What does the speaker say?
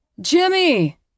Jimmy